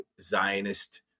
Zionist